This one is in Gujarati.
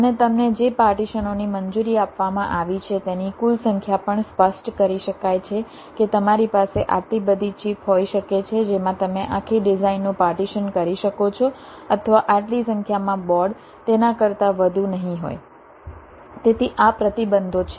અને તમને જે પાર્ટીશનોની મંજૂરી આપવામાં આવી છે તેની કુલ સંખ્યા પણ સ્પષ્ટ કરી શકાય છે કે તમારી પાસે આટલી બધી ચિપ હોઈ શકે છે જેમાં તમે આખી ડિઝાઈનનું પાર્ટીશન કરી શકો છો અથવા આટલી સંખ્યામાં બોર્ડ તેના કરતાં વધુ નહીં હોય તેથી આ પ્રતિબંધો છે